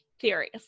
theories